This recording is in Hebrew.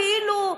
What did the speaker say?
כאילו,